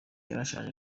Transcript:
yarashaje